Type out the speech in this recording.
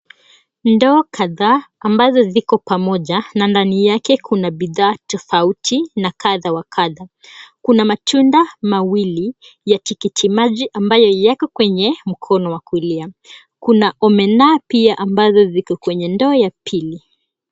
Ndoo kadhaa ambazo ziko pamoja na ndani yake kuna bidhaa tofauti na kadha wa kadha. Kuna matunda mawili ya tikiti maji ambayo yako kwenye mkono wa kulia. Kuna Omena ambazo ziko kwenye ndoo ya pili.